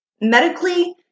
medically